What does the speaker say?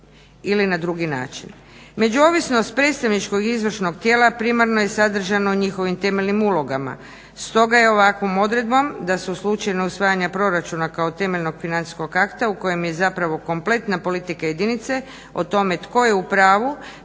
ili na drugi način. Međuovisnost predstavničkog i izvršnog tijela primarno je sadržano u njihovim temeljnim ulogama. Stoga je ovakvom odredbom da se u slučaju neusvajanja proračuna kao temeljnog financijskog akta u kojem je zapravo kompletna politika jedinice o tome tko je u pravu